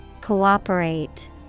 Cooperate